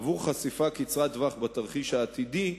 עבור חשיפה קצרת טווח בתרחיש העתידי,